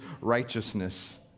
righteousness